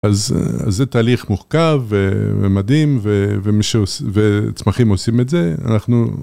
אז זה תהליך מורכב ומדהים וצמחים עושים את זה, אנחנו